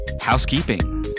housekeeping